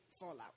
fallout